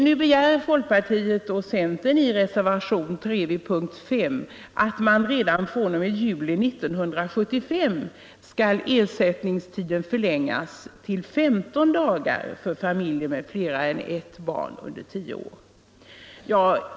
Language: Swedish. Nu begär folkpartiet och centern i reservationen 3 vid punkten 5 att ersättningstiden redan fr.o.m. den 1 juli 1975 skall förlängas till 15 dagar för familjer med mer än ett barn under tio år.